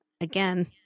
Again